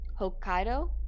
Hokkaido